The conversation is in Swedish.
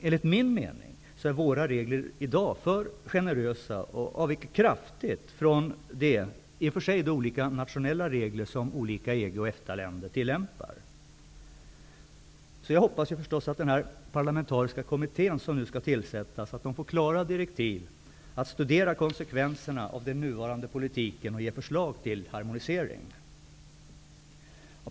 Enligt min mening är våra regler i dag för generösa och avviker kraftigt från de olika nationella regler som olika EG och EFTA-länder tillämpar. Jag hoppas att den parlamentariska kommitté som nu skall tillsättas får klara direktiv att studera konsekvenserna av den nuvarande politiken och ge förslag till harmonisering.